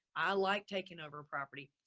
i like taking over property,